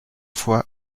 fois